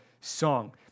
song